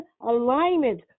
alignment